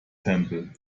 temple